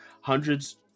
Hundreds